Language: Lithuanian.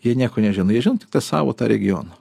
jie nieko nežino jie žino tik tą savo tą regioną